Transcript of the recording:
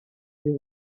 you